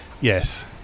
Yes